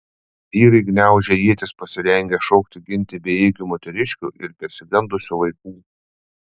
vyrai gniaužė ietis pasirengę šokti ginti bejėgių moteriškių ir persigandusių vaikų